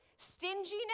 stinginess